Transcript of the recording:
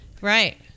Right